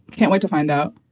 can't wait to find out.